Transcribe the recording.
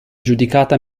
giudicata